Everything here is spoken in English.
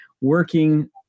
Working